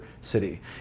city